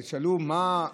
ותשאלו מה,